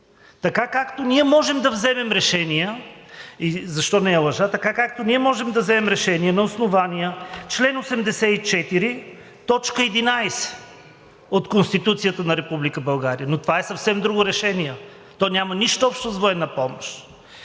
Така както ние можем да вземем решения на основание чл. 84, т. 11 от Конституцията на Република България, но това е съвсем друго решение, то няма нищо общо с военна помощ.